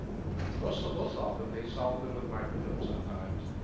but solve ah solve them. they solve them with microfilms sometimes,